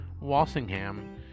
Walsingham